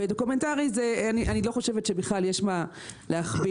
בדוקומנטרי אני לא חושבת שיש מה להכביר